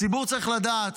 הציבור צריך לדעת,